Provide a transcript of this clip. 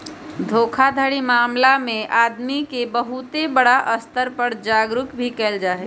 धोखाधड़ी मामला में आदमी के बहुत बड़ा स्तर पर जागरूक भी कइल जाहई